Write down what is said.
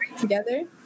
together